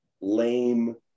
lame